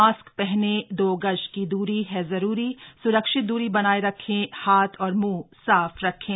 mask पहने दो गज की दूरी है जरूरी सुरक्षित दूरी बनाए रखें हाथ और मुंह साफ रखें